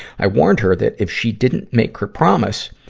i warned her that if she didn't make her promise,